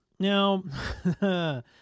Now